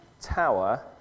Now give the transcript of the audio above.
tower